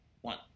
one